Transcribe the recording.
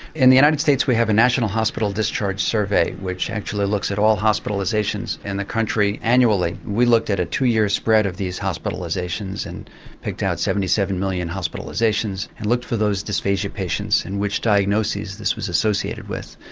in the united states we have a national hospital discharge survey, which actually looks at all hospitalisations in the country annually. we looked at a two-year spread of these hospitalisations and picked out seventy seven million hospitalisations, and looked for those dysphagia patients in which diagnoses this was associated with.